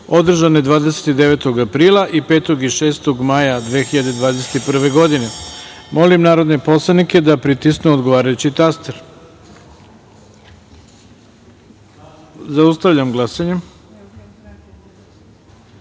održane 29. aprila i 5. i 6. maja 2021. godine. Molim narodne poslanike da pritisnu odgovarajući taster. Zaustavljam glasanje: